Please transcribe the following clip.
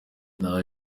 nta